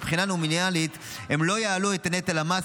מבחינה נומינלית הם לא יעלו את נטל המס